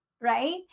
Right